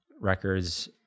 records